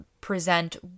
present